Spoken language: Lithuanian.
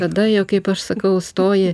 tada jau kaip aš sakau stoji